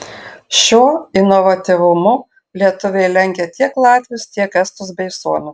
šiuo inovatyvumu lietuviai lenkia tiek latvius tiek estus bei suomius